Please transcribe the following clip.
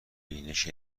بینش